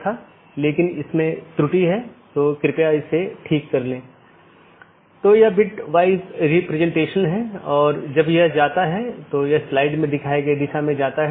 एक अन्य संदेश सूचना है यह संदेश भेजा जाता है जब कोई त्रुटि होती है जिससे त्रुटि का पता लगाया जाता है